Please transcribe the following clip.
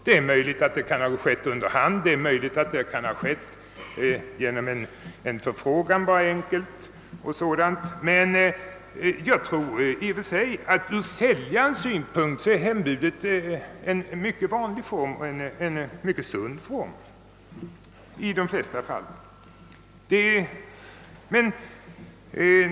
Det är möjligt att hembud till kommunen gjorts under hand, t.ex. genom en enkel förfrågan. Men ur säljarens synpunkt är hembud en mycket vanlig och i de flesta fall naturlig form.